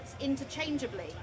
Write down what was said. interchangeably